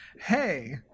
hey